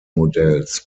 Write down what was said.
modells